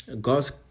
God's